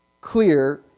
clear